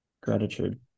Gratitude